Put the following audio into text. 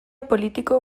politiko